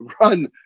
run